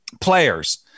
players